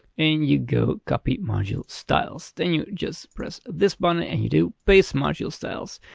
and you go copy module styles, then you just press this button and you do paste module styles.